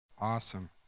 Awesome